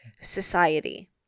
society